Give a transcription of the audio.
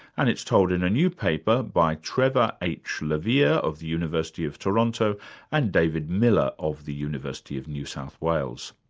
and it's told in a new paper by trevor h. levere yeah of the university of toronto and david miller, of the university of new south wales.